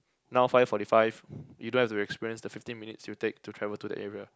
now five forty five you don't have to experience the fifteen minutes you take to travel to the area